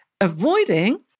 Avoiding